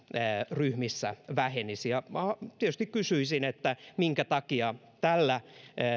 ryhmissä vähenisi ja tietysti kysyisin minkä takia tällä